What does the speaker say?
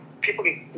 people